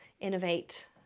Innovate